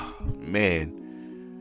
Man